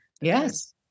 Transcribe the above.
Yes